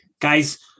Guys